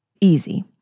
easy